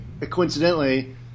coincidentally